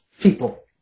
people